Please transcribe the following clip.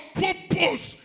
purpose